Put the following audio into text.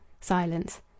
Silence